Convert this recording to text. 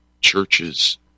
churches